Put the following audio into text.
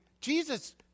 Jesus